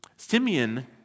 Simeon